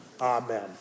Amen